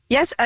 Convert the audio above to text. Yes